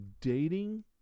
dating